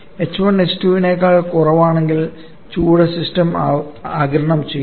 h1 h2 നേക്കാൾ കുറവാണെങ്കിൽ ചൂട് സിസ്റ്റം ആഗിരണം ചെയ്യുന്നു